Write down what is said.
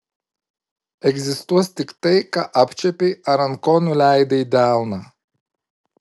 egzistuos tik tai ką apčiuopei ar ant ko nuleidai delną